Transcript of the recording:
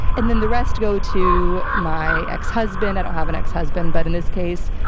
and then the rest go to my ex-husband i don't have an ex-husband, but in this case,